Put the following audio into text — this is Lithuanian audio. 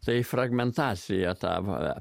tai fragmentacija tam yra